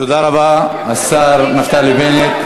תודה רבה, השר נפתלי בנט.